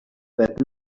that